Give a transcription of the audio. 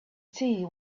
tea